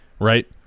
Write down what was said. right